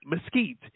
Mesquite